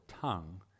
tongue